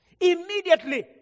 Immediately